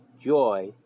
joy